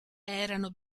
erano